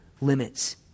limits